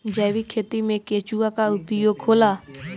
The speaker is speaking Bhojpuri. जैविक खेती मे केचुआ का उपयोग होला?